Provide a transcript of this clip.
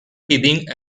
reading